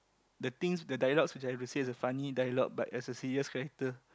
the things the dialogue which I have to say is a funny dialogue but as a serious character